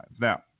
Now